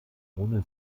ohne